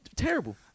Terrible